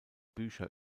bücher